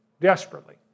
desperately